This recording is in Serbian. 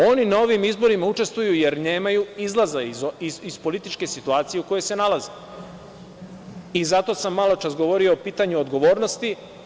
Oni na ovim izborima učestvuju jer nemaju izlaza iz političke situacije u kojoj se nalaze i zato sam maločas govorio o pitanju odgovornosti.